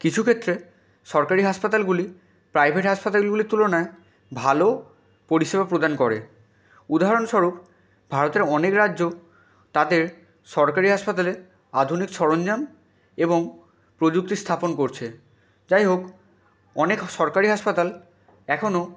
কিছু ক্ষেত্রে সরকারি হাসপাতালগুলি প্রাইভেট হাসপাতালগুলির তুলনায় ভালো পরিষেবা প্রদান করে উদাহরণস্বরূপ ভারতের অনেক রাজ্য তাদের সরকারি হাসপাতালে আধুনিক সরঞ্জাম এবং প্রযুক্তি স্থাপন করছে যাই হোক অনেক সরকারি হাসপাতাল এখনও